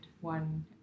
one